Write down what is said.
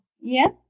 Yes